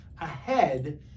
ahead